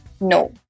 no